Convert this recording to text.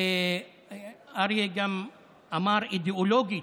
אריה גם אמר שאידיאולוגית